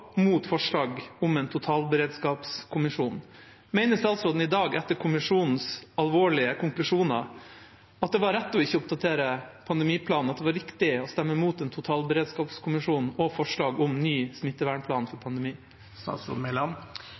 mot forslag om en totalberedskapskommisjon. Mener statsråden i dag etter kommisjonens alvorlige konklusjoner at det var rett å ikke oppdatere pandemiplanen, og at det var riktig å stemme mot en totalberedskapskommisjon og forslag om ny smittevernplan for pandemi?